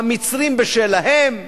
המצרים בשלהם,